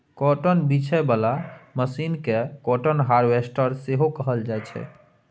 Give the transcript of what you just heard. cotton बीछय बला machine केँ काँटन हार्वेस्टर सेहो कहल जाइ छै